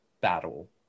battle